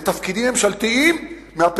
לתפקידים ממשלתיים.